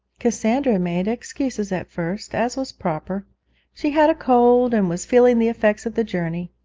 cassandra made excuses at first, as was proper she had a cold, and was feeling the effects of the journey.